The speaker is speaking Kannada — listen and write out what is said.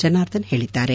ಜನಾರ್ಧನ ಹೇಳಿದ್ದಾರೆ